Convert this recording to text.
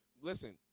listen